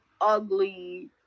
ugly